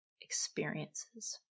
experiences